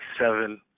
seven